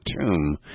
tomb